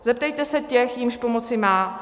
Zeptejte se těch, jimž pomoci má.